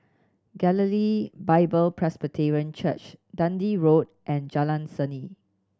Galilee Bible Presbyterian Church Dundee Road and Jalan Seni